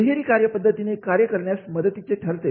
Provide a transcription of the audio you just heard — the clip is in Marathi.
दुहेरी कार्य पद्धतीने कार्य करण्यास हे मदतीचे ठरते